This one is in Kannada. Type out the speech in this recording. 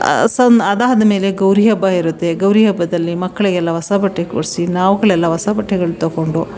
ಸನ್ ಅದಾದ ಮೇಲೆ ಗೌರಿ ಹಬ್ಬ ಇರುತ್ತೆ ಗೌರಿ ಹಬ್ಬದಲ್ಲಿ ಮಕ್ಕಳಿಗೆಲ್ಲ ಹೊಸ ಬಟ್ಟೆ ಕೊಡಿಸಿ ನಾವುಗಳೆಲ್ಲ ಹೊಸ ಬಟ್ಟೆಗಳು ತಗೊಂಡು